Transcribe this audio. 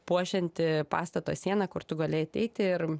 puošianti pastato sieną kur tu gali ateiti ir